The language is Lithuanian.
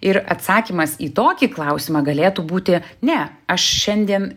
ir atsakymas į tokį klausimą galėtų būti ne aš šiandien